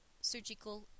surgical